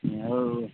औ